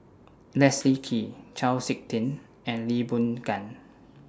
Leslie Kee Chau Sik Ting and Lee Boon Ngan